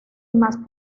más